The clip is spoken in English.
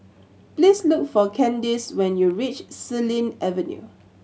please look for Kaydence when you reach Xilin Avenue